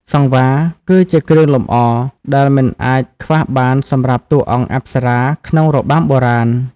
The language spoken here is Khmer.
សង្វារគឺជាគ្រឿងលម្អដែលមិនអាចខ្វះបានសម្រាប់តួអង្គអប្សរាក្នុងរបាំបុរាណ។